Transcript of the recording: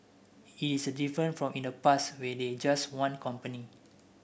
is different from in the past where they just want company